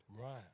Right